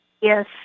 Yes